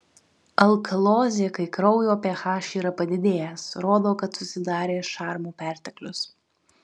alkalozė kai kraujo ph yra padidėjęs rodo kad susidarė šarmų perteklius